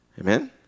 Amen